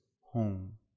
home